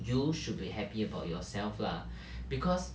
you should be happy about yourself lah because